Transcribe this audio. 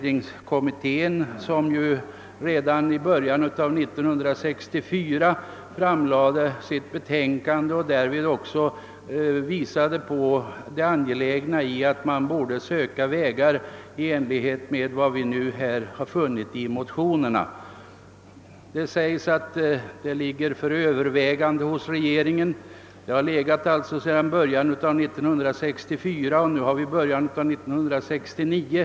Denna kommitté framlade redan i början av 1964 sitt betänkande och påvisade där det angelägna i att man borde söka vägar i enlighet med vad som nu föreslagits i motionerna. Det sägs att kommitténs förslag öÖövervägs av regeringen. Det har det gjort ända sedan början av 1964 och nu är det början av 1969.